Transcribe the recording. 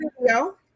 video